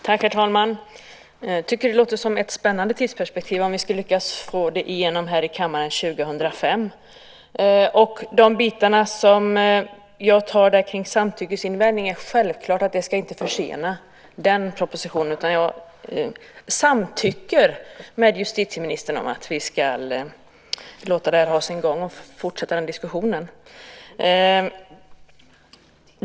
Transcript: Herr talman! Jag tycker att det låter som ett spännande tidsperspektiv om vi ska lyckas få igenom det här i kammaren 2005. De synpunkter som jag tar upp om samtyckesinvändning ska självklart inte försena den här propositionen. Jag instämmer med justitieministern om att vi ska låta det här ha sin gång och fortsätta diskussionen.